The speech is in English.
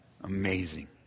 Amazing